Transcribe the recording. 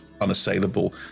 unassailable